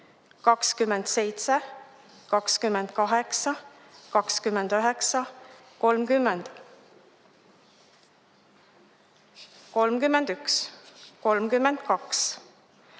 27, 28, 29, 30, 31, 32,